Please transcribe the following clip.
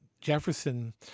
Jefferson